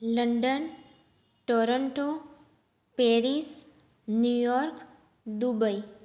London Toronto Paris New York Dubai